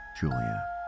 Julia